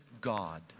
God